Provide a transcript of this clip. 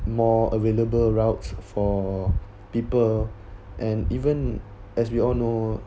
more available routes for people and even as we all know